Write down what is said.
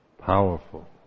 powerful